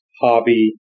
hobby